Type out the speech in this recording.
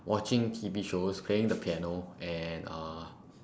watching T_V shows playing the piano and uh